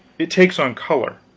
it takes on color.